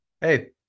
hey